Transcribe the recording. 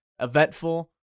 Eventful